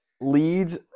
leads